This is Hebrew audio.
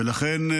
ולכן,